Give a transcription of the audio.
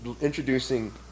introducing